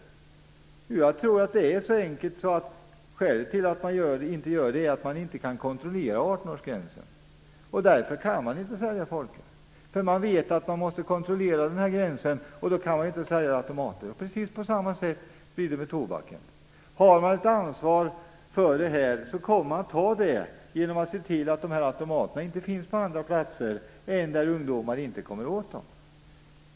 Jag tror att det är så enkelt att skälet är att man inte kan kontrollera 18-årsgränsen. Man vet att man måste kontrollera den gränsen, och då kan man inte sälja folköl i automater. På samma sätt blir det med tobaken. Har man ett ansvar för det här kommer man att ta det, genom att se till att dessa automater inte finns på andra platser än där ungdomar inte kommer åt dem.